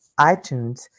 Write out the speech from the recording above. iTunes